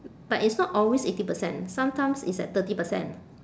but it's not always eighty percent sometimes it's at thirty percent